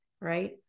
right